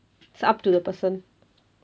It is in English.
it's up to the person